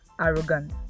arrogant